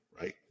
right